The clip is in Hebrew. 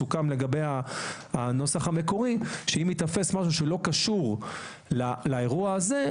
לגבי הנוסח המקורי שאם ייתפס משהו שלא קשור לאירוע הזה,